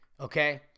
okay